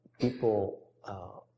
people